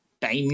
Time